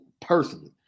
personally